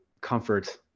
comfort